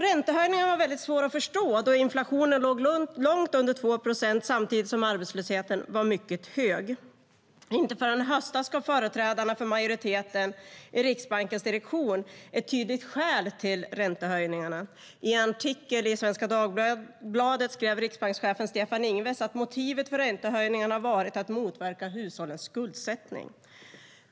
Räntehöjningarna var svåra att förstå då inflationen låg långt under 2 procent samtidigt som arbetslösheten var mycket hög. Inte förrän i höstas gav företrädarna för majoriteten i Riksbankens direktion ett tydligt skäl för räntehöjningarna. I en artikel i Svenska Dagbladet skrev riksbankschefen Stefan Ingves att motivet för räntehöjningarna var att motverka hushållens skuldsättning.